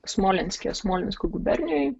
smolenske smolensko gubernijoj